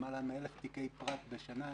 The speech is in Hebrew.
למעלה מ-1,000 תיקי פרט בשנה.